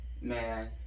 man